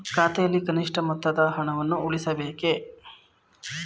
ಖಾತೆಯಲ್ಲಿ ಕನಿಷ್ಠ ಮೊತ್ತದ ಹಣವನ್ನು ಉಳಿಸಬೇಕೇ?